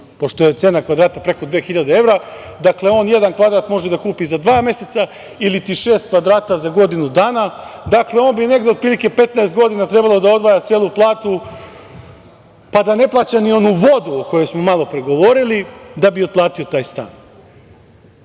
vek. Pošto je cena kvadrata preko dve hiljade evra, dakle on jedan kvadrat može da kupi za dva meseca ili ti šest kvadrata za godinu dana. Dakle, on bi negde odprilike, 15 godina trebalo da odvaja celu platu, pa da ne plaća ni onu vodu o kojoj smo malo pre govorili, da bi otplatio taj stan,